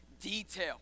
detail